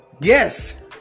Yes